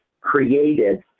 created